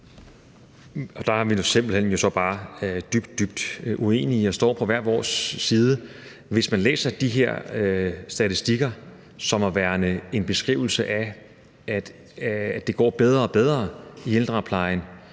Der er vi jo så simpelt hen bare dybt, dybt uenige og står på hver vores side. Hvis man i Venstre læser de her statistikker som værende en beskrivelse af, at det går bedre og bedre i ældreplejen,